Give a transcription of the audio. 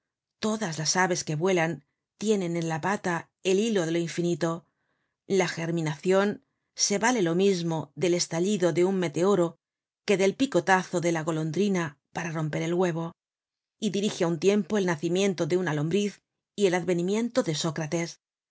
todas las aves que vuelan tienen en la pata el hilo de lo infinito la germinacion se vale lo mismo del estallido de un meteoro que del picotazo de la golondrina para romper el huevo y dirige á un tiempo el nacimiento de una lombriz y el advenimiento de sócrates